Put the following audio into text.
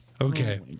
Okay